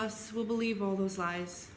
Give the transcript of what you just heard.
us will believe all those lies